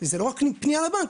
זה לא רק פניה לבנק,